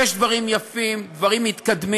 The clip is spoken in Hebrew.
יש דברים יפים, דברים מתקדמים.